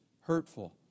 hurtful